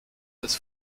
des